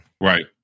Right